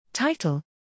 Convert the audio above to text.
Title